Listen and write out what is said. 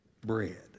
bread